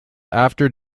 after